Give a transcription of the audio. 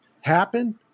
happen